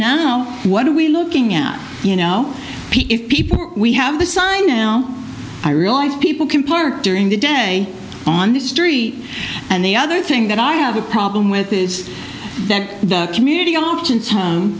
now what are we looking at you know if people we have the sign now i realize people can park during the day on the street and the other thing that i have a problem with is that the community o